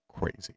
crazy